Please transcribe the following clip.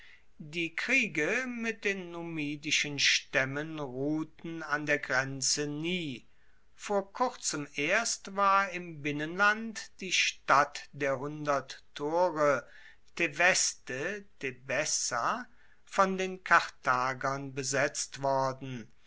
die kriege mit den numidischen staemmen ruhten an der grenze nie vor kurzem erst war im binnenland die stadt der hundert tore theveste tebessa von den karthagern besetzt worden